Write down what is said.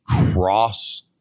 cross